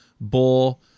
bull